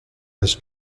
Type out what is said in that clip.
was